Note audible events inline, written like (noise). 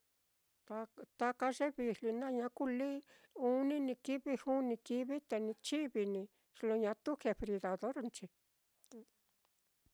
Ta-taka ye vijli naá ña kuliiuni ní kívi, juu ní kívi, te ni chivi ní xilo ñatu (hesitation) radornchi. (noise)